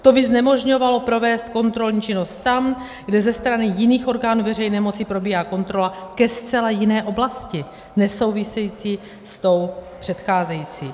To by znemožňovalo provést kontrolní činnost tam, kde ze strany jiných orgánů veřejné moci probíhá kontrola ke zcela jiné oblasti, nesouvisející s tou předcházející.